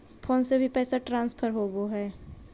Phone से भी पैसा ट्रांसफर होवहै?